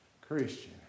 Christian